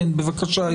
בבקשה, יואל.